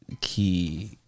key